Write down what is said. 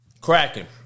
cracking